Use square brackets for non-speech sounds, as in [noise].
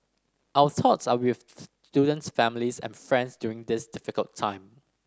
our thoughts are with [unintelligible] student's families and friends during this difficult time